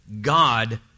God